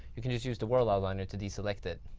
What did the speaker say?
you can just use the world outliner to de-select it,